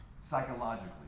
Psychologically